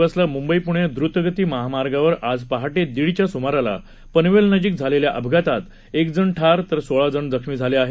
बसला मुंबई पुणे दृतगती मार्गावर आज पहाटे दीडच्या सुमाराला पनवेल नजिक झालेल्या अपघातात एकजण ठार तर सोळा जण जखमी झाले आहेत